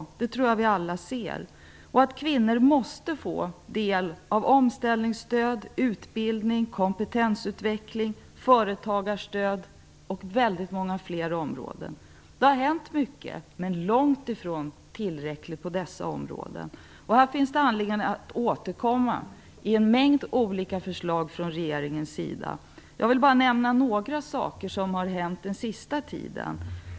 Det tror jag att vi alla ser. Kvinnor måste därför få del av omställningsstöd, utbildning, kompetensutveckling, företagarstöd och mycket annat. Det har hänt mycket men långt ifrån tillräckligt på dessa områden. Det finns här anledning för regeringen att återkomma med en mängd olika förslag. Jag vill bara nämna några saker som har hänt under den senaste tiden.